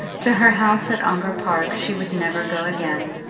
to her house at ongar park she would never go again,